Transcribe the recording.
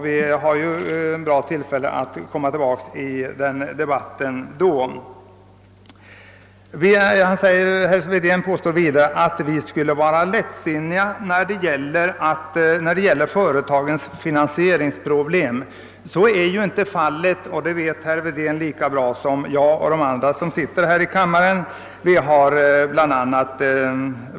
Vidare påstod herr Wedén att vi skulle vara lättsinniga i fråga om företagens finansieringsproblem. Så är inte fallet, och det vet herr Wedén lika bra som jag och övriga ledamöter i kammaren.